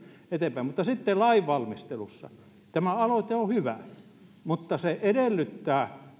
eteenpäin sitten lainvalmistelusta tämä aloite on hyvä mutta hyvä lainvalmistelu edellyttää